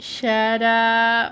shut up